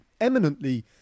eminently